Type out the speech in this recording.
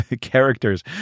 characters